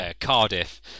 Cardiff